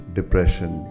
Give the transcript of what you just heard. depression